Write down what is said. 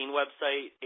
website